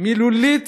מילולית